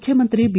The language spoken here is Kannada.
ಮುಖ್ಯಮಂತ್ರಿ ಬಿ